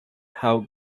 how